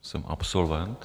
Jsem absolvent.